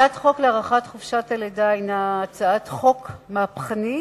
הצעת חוק להארכת חופשת הלידה הינה הצעת חוק מהפכנית,